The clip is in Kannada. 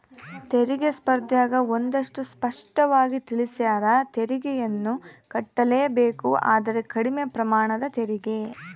ತೆರಿಗೆ ಸ್ಪರ್ದ್ಯಗ ಒಂದಷ್ಟು ಸ್ಪಷ್ಟವಾಗಿ ತಿಳಿಸ್ಯಾರ, ತೆರಿಗೆಯನ್ನು ಕಟ್ಟಲೇಬೇಕು ಆದರೆ ಕಡಿಮೆ ಪ್ರಮಾಣದ ತೆರಿಗೆ